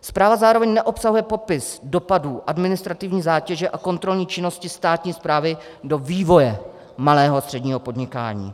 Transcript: Zpráva zároveň neobsahuje popis dopadů administrativní zátěže a kontrolní činnosti státní správy do vývoje malého a středního podnikání.